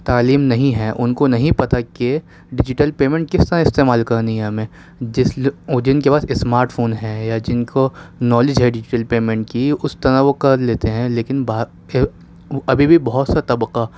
تعلیم نہیں ہے ان کو نہیں پتہ کہ ڈیجیٹل پیمنٹ کس طرح استعمال کرنی ہے ہمیں جس لے وہ جن کے پاس اسمارٹ فون ہے یا جن کو نالج ہے ڈیجٹیل پیمنٹ کی اس طرح وہ کر لیتے ہیں لیکن بات پھر ابھی بھی بہت سا طبقہ